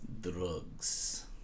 drugs